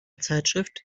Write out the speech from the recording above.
zeitschrift